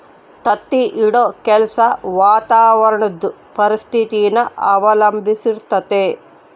ತತ್ತಿ ಇಡೋ ಕೆಲ್ಸ ವಾತಾವರಣುದ್ ಪರಿಸ್ಥಿತಿನ ಅವಲಂಬಿಸಿರ್ತತೆ